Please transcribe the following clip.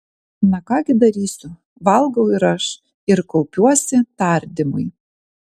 na ką gi darysiu valgau ir aš ir kaupiuosi tardymui